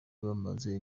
bamaze